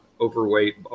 overweight